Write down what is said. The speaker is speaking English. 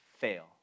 fail